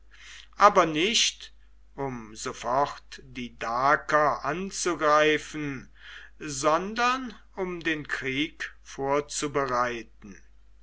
aber nicht um sofort die daker anzugreifen sondern um den krieg vorzubereiten